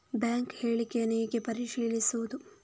Bank ಹೇಳಿಕೆಯನ್ನು ಹೇಗೆ ಪರಿಶೀಲಿಸುವುದು?